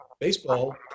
baseball